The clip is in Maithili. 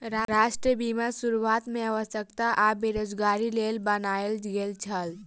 राष्ट्रीय बीमा शुरुआत में अस्वस्थता आ बेरोज़गारीक लेल बनायल गेल छल